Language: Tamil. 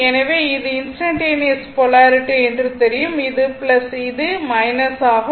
எனவே இது இன்ஸ்டன்டனியஸ் போலாரிட்டி என்று தெரியும் இது இது ஆகும்